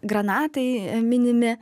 granatai minimi